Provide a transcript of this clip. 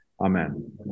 amen